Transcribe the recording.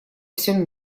всем